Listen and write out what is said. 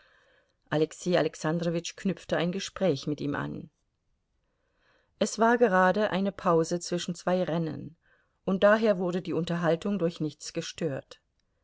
alexei alexandrowitsch knüpfte ein gespräch mit ihm an es war gerade eine pause zwischen zwei rennen und daher wurde die unterhaltung durch nichts gestört